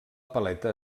paleta